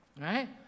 right